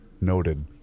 noted